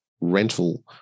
rental